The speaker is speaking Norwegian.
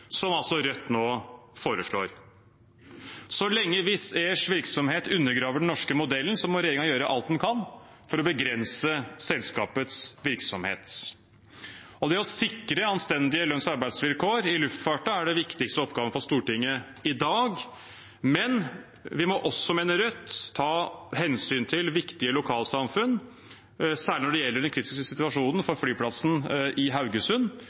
som altså Rødt nå foreslår. Så lenge Wizz Airs virksomhet undergraver den norske modellen, må regjeringen gjøre alt den kan for å begrense selskapets virksomhet. Det å sikre anstendige lønns- og arbeidsvilkår i luftfarten er den viktigste oppgaven for Stortinget i dag, men vi må også, mener Rødt, ta hensyn til viktige lokalsamfunn, særlig når det gjelder den kritiske situasjonen for flyplassen i Haugesund.